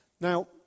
Now